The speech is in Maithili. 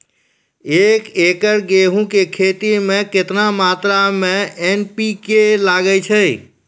एक एकरऽ गेहूँ के खेती मे केतना मात्रा मे एन.पी.के लगे छै?